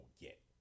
get